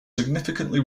significantly